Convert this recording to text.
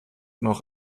noch